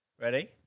Ready